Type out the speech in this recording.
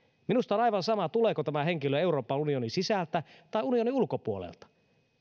minusta on aivan sama tuleeko tämä henkilö euroopan unionin sisältä vai unionin ulkopuolelta